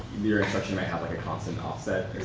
your instruction might have a constant offset